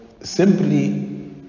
simply